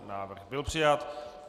Návrh byl přijat.